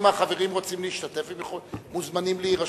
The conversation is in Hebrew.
אם החברים רוצים להשתתף, הם מוזמנים להירשם.